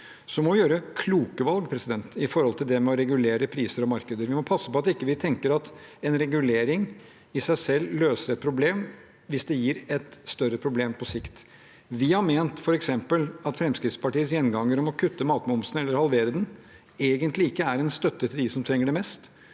Så må vi gjøre kloke valg rundt det med å regulere priser og markeder. Vi må passe på at vi ikke tenker at en regulering i seg selv løser et problem, hvis det gir et større problem på sikt. Vi har f.eks. ment at Fremskrittspartiets gjenganger om å kutte matmomsen eller halvere den egentlig ikke er en støtte til dem som trenger det mest.